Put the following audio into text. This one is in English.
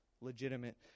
legitimate